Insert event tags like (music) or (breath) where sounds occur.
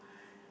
(breath)